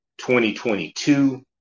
2022